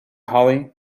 hollie